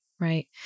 Right